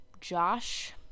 Josh